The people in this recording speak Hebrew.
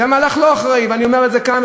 זה היה מהלך לא אחראי, ואני אומר את זה כאן.